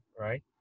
right